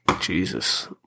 Jesus